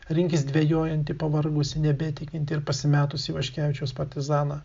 rinkis dvejojantį pavargusį nebetikintį ir pasimetusį ivaškevičiaus partizaną